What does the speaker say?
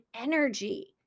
energy